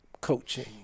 coaching